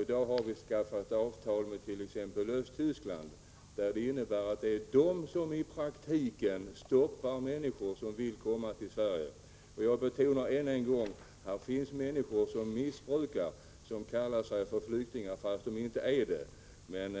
I dag har vi ju träffat avtal med t.ex. Östtyskland som innebär att det landet i praktiken stoppar människor som vill komma till Sverige. Jag betonar än en gång att det finns människor som missbrukar vår invandringspolitik. De kallar sig flyktingar fast de inte är det. Men